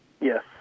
Yes